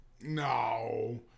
No